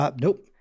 Nope